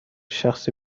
شخصی